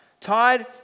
tied